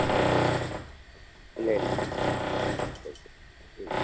അത് ശരി ഇല്ല ഇല്ല ഇല്ല ശരി ശരി ശരി മ്മ് മ്മ്